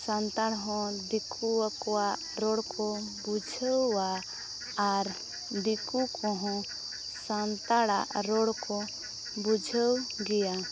ᱥᱟᱱᱛᱟᱲ ᱦᱚᱸ ᱫᱤᱠᱩ ᱟᱠᱚᱣᱟᱜ ᱨᱚᱲ ᱠᱚ ᱵᱩᱡᱷᱟᱹᱣᱟ ᱟᱨ ᱫᱤᱠᱩ ᱠᱚᱦᱚᱸ ᱥᱟᱱᱛᱟᱲᱟᱜ ᱨᱚᱲ ᱠᱚ ᱵᱩᱡᱷᱟᱹᱣ ᱜᱮᱭᱟ